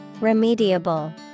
Remediable